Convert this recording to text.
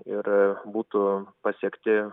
ir būtų pasiekti